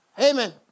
Amen